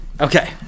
okay